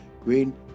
green